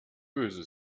böse